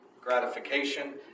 gratification